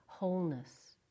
wholeness